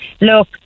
look